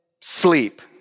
sleep